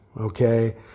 okay